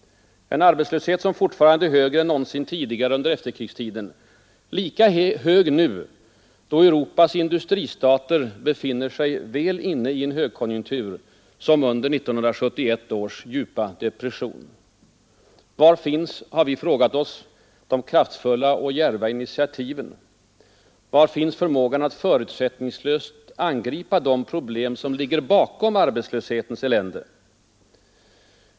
En arbetslöshet, som fortfarande är högre än någonsin tidigare under efterkrigstiden. Lika hög nu, då Europas industristater befinner sig väl inne i en högkonjunktur, som under 1971 års djupa depression. Var finns — har vi frågat oss — de kraftfulla och djärva initiativen? Var finns förmågan att förutsättningslöst angripa de problem som ligger bakom arbetslöshetens elände?